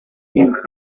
eve